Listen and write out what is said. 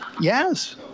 yes